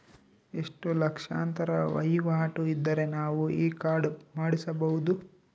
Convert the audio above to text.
ಎಷ್ಟು ಲಕ್ಷಾಂತರ ವಹಿವಾಟು ಇದ್ದರೆ ನಾವು ಈ ಕಾರ್ಡ್ ಮಾಡಿಸಬಹುದು?